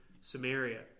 Samaria